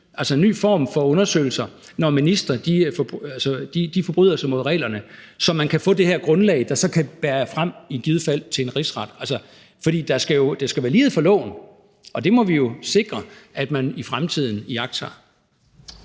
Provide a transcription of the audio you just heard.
laves en ny form for undersøgelse, når ministre forbryder sig mod reglerne, så man kan få det her grundlag, der så i givet fald kan bære frem til en rigsret. For der skal være lighed for loven, og det må vi jo sikre at man i fremtiden iagttager.